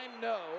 No